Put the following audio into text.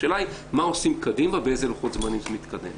השאלה היא מה עושים קדימה ואיזה לוחות זמנים זה מתקדם.